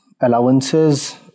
allowances